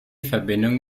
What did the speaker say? verbindung